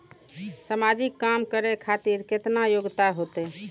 समाजिक काम करें खातिर केतना योग्यता होते?